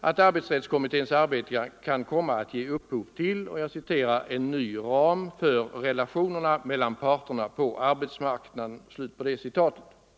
att arbetsrättskommitténs arbete kan komma att ge upphov till ”en ny ram för relationerna mellan parterna på arbetsmarknaden”.